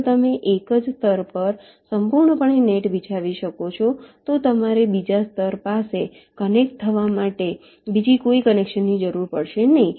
જો તમે એક જ સ્તર પર સંપૂર્ણપણે નેટ બિછાવી શકો છો તો તમારે બીજા સ્તર સાથે કનેક્ટ થવા માટે બીજા કોઈ કનેક્શનની જરૂર પડશે નહીં